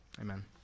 Amen